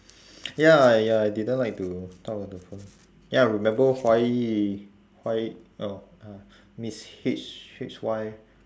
ya ya I didn't like to talk on the phone ya I remember why why uh ah miss H H Y